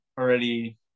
already